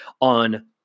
on